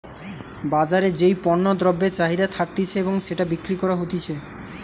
বাজারে যেই পণ্য দ্রব্যের চাহিদা থাকতিছে এবং সেটা বিক্রি করা হতিছে